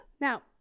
Now